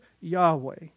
Yahweh